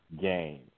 game